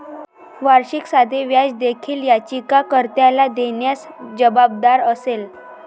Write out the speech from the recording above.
वार्षिक साधे व्याज देखील याचिका कर्त्याला देण्यास जबाबदार असेल